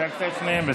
הצגת את שניהם?